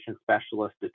specialist